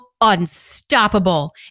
unstoppable